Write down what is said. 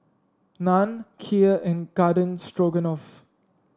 Naan Kheer and Garden Stroganoff